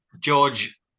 george